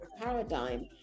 paradigm